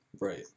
Right